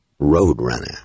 Roadrunner